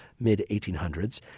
mid-1800s